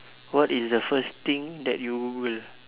what is the first thing that you will